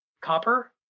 copper